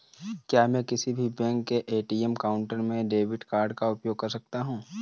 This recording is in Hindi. क्या मैं किसी भी बैंक के ए.टी.एम काउंटर में डेबिट कार्ड का उपयोग कर सकता हूं?